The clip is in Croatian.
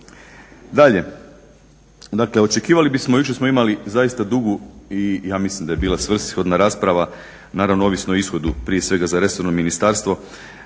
Dalje, dakle očekivali bismo, jučer smo imali zaista dugu i ja mislim da je bila svrsishodna rasprava, naravno ovisno o ishodu prije svega za resorno ministarstvo,